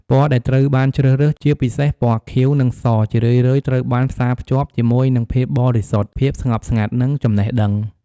ពណ៌ដែលត្រូវបានជ្រើសរើស ជាពិសេសពណ៌ខៀវ និងស ជារឿយៗត្រូវបានផ្សារភ្ជាប់ជាមួយនឹងភាពបរិសុទ្ធ ភាពស្ងប់ស្ងាត់ និងចំណេះដឹង។